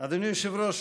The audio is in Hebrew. אדוני היושב-ראש,